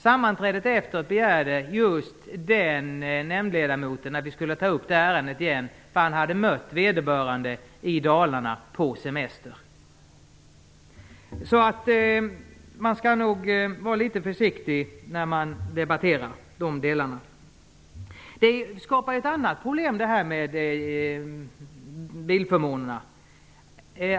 Sammanträdet efter begärde just den nämndledamoten att vi skulle ta upp ärendet igen eftersom han hade mött vederbörande på semester i Dalarna. Man skall nog vara litet försiktig när man debatterar dessa delar. Detta med bilförmåner skapar ett annat problem.